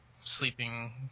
sleeping